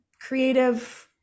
creative